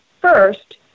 first